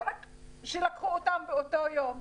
לא רק שלקחו אותם באותו יום,